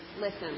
listen